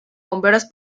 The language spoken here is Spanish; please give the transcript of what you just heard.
bomberos